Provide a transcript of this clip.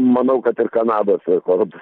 manau kad ir kanados rekordas